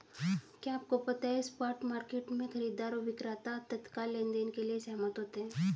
क्या आपको पता है स्पॉट मार्केट में, खरीदार और विक्रेता तत्काल लेनदेन के लिए सहमत होते हैं?